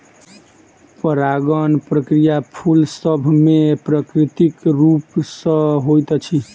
परागण प्रक्रिया फूल सभ मे प्राकृतिक रूप सॅ होइत अछि